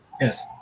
Yes